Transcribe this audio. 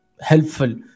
helpful